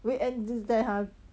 weekend 就是在他